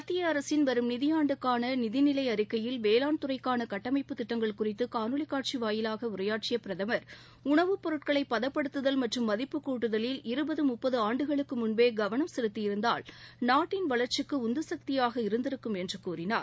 மத்திய அரசின் வரும் நிதியாண்டுக்கான நிதி நிலை அறிக்கையில் வேளாண் துறைக்கான கட்டமைப்பு திட்டங்கள் குறித்து காணொலி காட்சி வாயிலாக உரையாற்றி பிரதமர் உணவு பொருட்களை பதப்படுத்துதல் மற்றும் மதிப்புக் கூட்டுதலில் இருபது முப்பது ஆண்டுகளுக்கு முன்பே கவனம் செலுத்தி இருந்தால் நாட்டின் வளர்ச்சிக்கு உந்துசக்தியாக இருந்திருக்கும் என்று கூறினார்